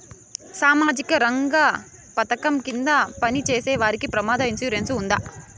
సామాజిక రంగ పథకం కింద పని చేసేవారికి ప్రమాద ఇన్సూరెన్సు ఉందా?